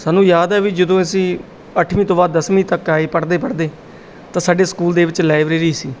ਸਾਨੂੰ ਯਾਦ ਹੈ ਵੀ ਜਦੋਂ ਅਸੀਂ ਅੱਠਵੀਂ ਤੋਂ ਬਾਅਦ ਦਸਵੀਂ ਤੱਕ ਆਏ ਪੜ੍ਹਦੇ ਪੜ੍ਹਦੇ ਤਾਂ ਸਾਡੇ ਸਕੂਲ ਦੇ ਵਿੱਚ ਲਾਇਬਰੇਰੀ ਸੀ